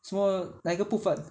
or 哪一个部分